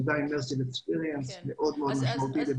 אולי נספיק.